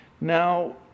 Now